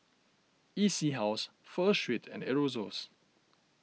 E C House Pho Street and Aerosoles